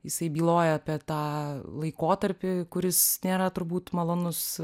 jisai byloja apie tą laikotarpį kuris nėra turbūt malonus